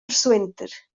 persuenter